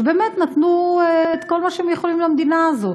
שבאמת נתנו כל מה שהם יכולים למדינה הזאת.